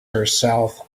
herself